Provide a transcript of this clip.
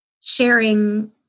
sharing